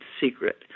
secret